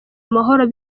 amahoro